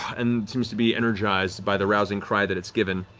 and seems to be energized by the rousing cry that it's given,